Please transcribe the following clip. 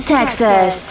Texas